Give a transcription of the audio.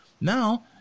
Now